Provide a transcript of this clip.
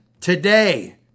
today